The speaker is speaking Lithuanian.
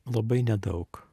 labai nedaug